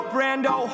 Brando